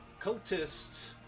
cultists